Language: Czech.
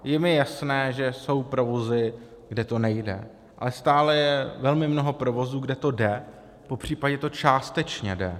Je mi jasné, že jsou provozy, kde to nejde, ale stále je velmi mnoho provozů, kde to jde, popřípadě to částečně jde.